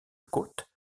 côte